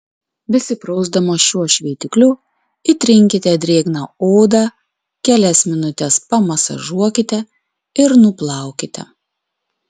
besiprausdamos šiuo šveitikliu įtrinkite drėgną odą kelias minutes pamasažuokite ir nuplaukite